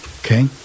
Okay